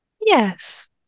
yes